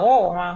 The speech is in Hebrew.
ברור.